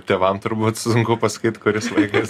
tėvam turbūt sunku pasakyt kuris vaikas